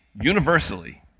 universally